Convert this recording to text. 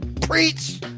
preach